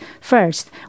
First